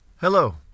Hello